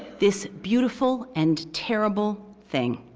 this beautiful and terrible thing,